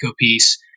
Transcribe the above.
piece